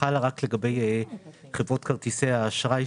אז שבנק ירושלים יסגור את כל הסניפים שלו,